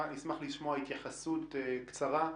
נשמח לשמוע התייחסות קצרה.